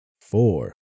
four